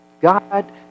God